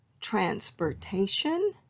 transportation